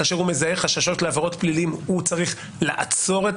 כאשר הוא מזהה חששות לעבירות בפלילים הוא צריך לעצור את